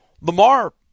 Lamar